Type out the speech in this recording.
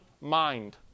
mind